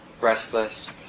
restless